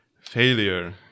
failure